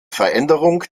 veränderung